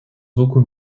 beaucoup